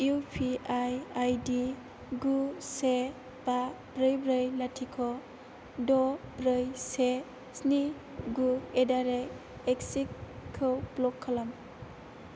UPI आईदि गु से बा ब्रै ब्रै लाथिख' द' ब्रै से स्नि गु एदारेट एक्सिकखौ ब्लक खालाम